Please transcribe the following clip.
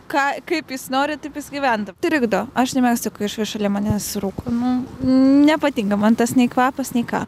ką kaip jis nori taip jis gyventa trigdo aš nemėgstu kai ša šalia manęs rūko nu nepatinka man tas nei kvapas nei ką